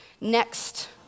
next